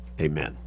Amen